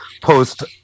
post